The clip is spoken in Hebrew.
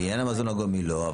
לעניין המזון הגולמי לא.